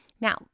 Now